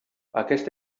aquest